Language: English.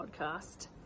podcast